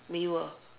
没有 ah